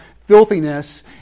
filthiness